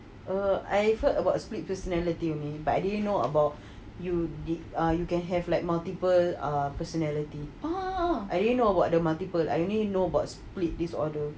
err I've heard about split personality only but I didn't know about you did uh you can have like multiple uh personality I didn't know about the multiple I only know about split disorder